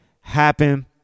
happen